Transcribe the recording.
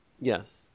yes